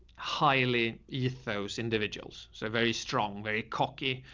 highly youth, those individuals. so very strong, very cocky.